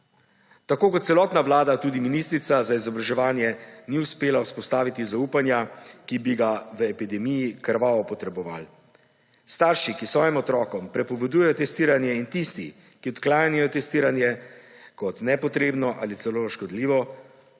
Tako kot celotna vlada tudi ministrica za izobraževanje ni uspela vzpostaviti zaupanja, ki bi ga v epidemiji krvavo potrebovali. Starši, ki svojim otrokom prepovedujejo testiranje, in tisti, ki odklanjajo testiranje kot nepotrebno ali celo škodljivo,